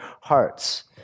hearts